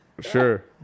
sure